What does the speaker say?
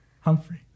Humphrey